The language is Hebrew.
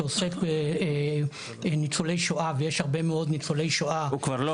שעוסק בניצולי שואה ויש הרבה מאוד ניצולי שואה --- הם כבר לא.